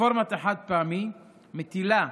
רפורמת החד-פעמי מטילה,